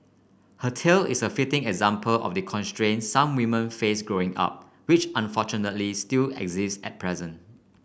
her tale is a fitting example of the constraints some women face Growing Up which unfortunately still exist at present